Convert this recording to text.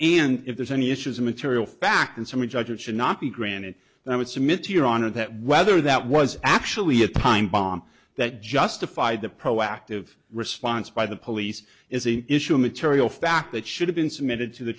and if there's any issues of material fact and so we judge it should not be granted and i would submit to your honor that whether that was actually a time bomb that justified the proactive response by the police is an issue of material fact that should have been submitted to the